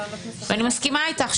ואני מסכימה איתך,